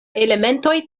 elementoj